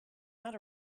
not